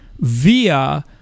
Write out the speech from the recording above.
via